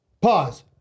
Pause